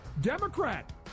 Democrat